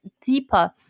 deeper